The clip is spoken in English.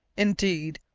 indeed,